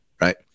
right